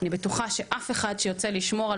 אני בטוחה שאף אחד שיוצא לשמור על